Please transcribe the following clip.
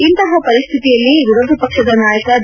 ಇಂತಹ ಪರಿಸ್ತಿತಿಯಲ್ಲಿ ವಿರೋಧ ಪಕ್ಷದ ನಾಯಕ ಬಿ